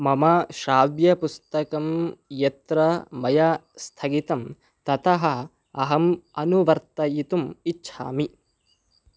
मम श्राव्यपुस्तकं यत्र मया स्थगितं ततः अहम् अनुवर्तयितुम् इच्छामि